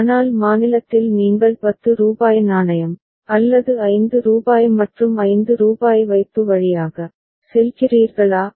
ஆனால் மாநிலத்தில் நீங்கள் ரூபாய் 10 நாணயம் அல்லது 5 ரூபாய் மற்றும் 5 ரூபாய் வைப்பு வழியாக செல்கிறீர்களா